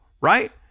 right